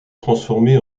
transformée